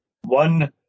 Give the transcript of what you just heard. one